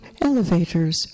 elevators